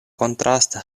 kontraste